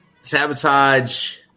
sabotage